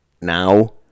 now